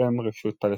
ו"תואם רשות פלסטינית".